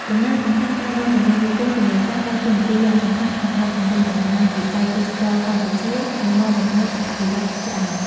ដំណើរកម្សាន្តតាមដងទន្លេមេគង្គ-ទន្លេសាប ដើរតួនាទីយ៉ាងសំខាន់ក្នុងការជំរុញកំណើនវិស័យទេសចរណ៍កម្ពុជា និងនាំមកនូវអត្ថប្រយោជន៍ជាច្រើន។